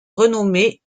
renommé